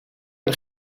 hun